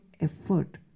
effort